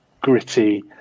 gritty